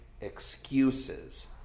excuses